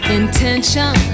intention